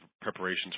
preparations